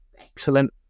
excellent